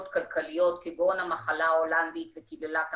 כלכליות כגון המחלה ההולנדית וקללת המשאבים,